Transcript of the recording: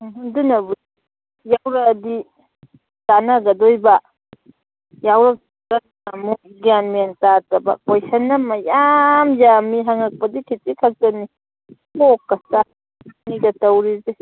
ꯎꯝ ꯑꯗꯨꯅꯕꯨ ꯌꯥꯎꯔꯛꯑꯗꯤ ꯆꯥꯅꯒꯗꯣꯏꯕ ꯌꯥꯎꯔꯛꯇ꯭ꯔ ꯑꯃꯨꯛ ꯒ꯭ꯌꯥꯟ ꯃꯦꯟ ꯇꯥꯗꯕ ꯀꯣꯏꯁꯟꯅ ꯃꯌꯥꯝ ꯌꯥꯝꯃꯤ ꯍꯪꯉꯛꯄꯗꯤ ꯈꯖꯤꯛ ꯈꯛꯇꯅꯤ ꯀꯣꯛꯀ ꯆꯥꯛꯄꯤꯅꯤ ꯇꯧꯔꯤꯁꯦ